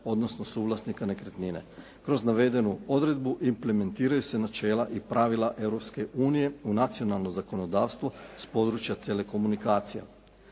odnosno suvlasnika nekretnine. Kroz navedenu odredbu implementiraju se načela i pravila Europske unije u nacionalno zakonodavstvo s područja telekomunikacija.